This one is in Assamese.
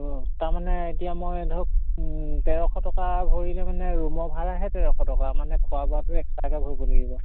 অঁ তাৰমানে এতিয়া মই ধৰক তেৰশ টকা ভৰিলে মানে ৰুমৰ ভাড়াহে তেৰশ টকা মানে খোৱা বোৱাটো এক্সট্ৰাকে ভৰিব লাগিব